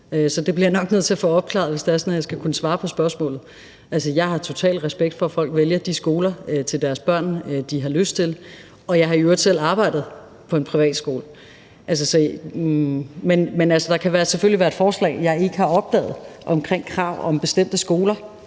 det bliver jeg nok nødt til at få opklaret, hvis jeg skal kunne svare på spørgsmålet. Jeg har totalt respekt for, at folk vælger de skoler til deres børn, som de har lyst til, og jeg har i øvrigt selv arbejdet på en privatskole. Men altså, der kan selvfølgelig være et forslag, jeg ikke har opdaget, omkring krav om bestemte skoler.